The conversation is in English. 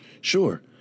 Sure